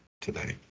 today